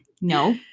No